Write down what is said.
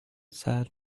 sad